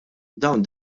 dawn